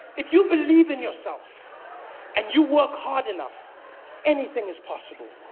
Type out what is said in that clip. if you believe in yourself and you work hard enough anything is possible.